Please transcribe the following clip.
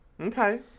okay